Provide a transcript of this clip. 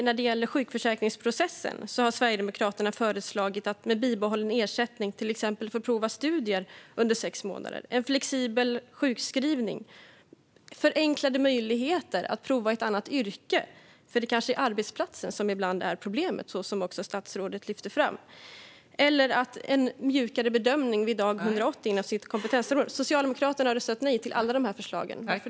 När det gäller sjukförsäkringsprocessen har Sverigedemokraterna föreslagit bibehållen ersättning för att till exempel prova studier under sex månader, flexibel sjukskrivning och förenklade möjligheter att prova ett annat yrke, för ibland är det kanske arbetsplatsen som är problemet, så som statsrådet lyfte fram, samt en mjukare bedömning vid dag 180 inom kompetensområdet. Socialdemokraterna har röstat nej till alla dessa förslag. Varför?